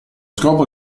scopo